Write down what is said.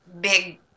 big